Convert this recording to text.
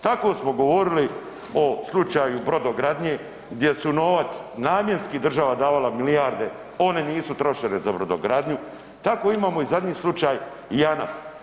Tako smo govorili o slučaju brodogradnje gdje su novac namjenski država davala milijarde, one nisu trošene za brodogradnju, tako imamo i zadnji slučaj JANAF.